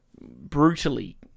brutally